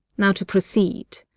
now to proceed.